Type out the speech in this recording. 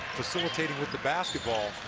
facilitated with the basketball.